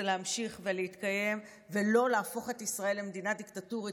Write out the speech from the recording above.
להמשיך ולהתקיים ולא להפוך את ישראל למדינה דיקטטורית,